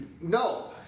No